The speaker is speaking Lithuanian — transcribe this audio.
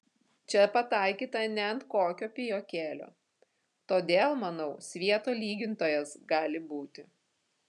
čia pataikyta ne ant kokio pijokėlio todėl manau svieto lygintojas gali būti